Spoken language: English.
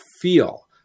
feel